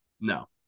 No